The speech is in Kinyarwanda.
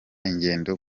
ingendo